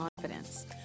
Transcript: confidence